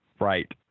Right